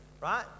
right